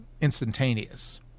instantaneous